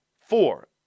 four